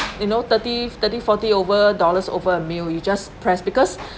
you know thirty thirty forty over dollars over a meal you just press because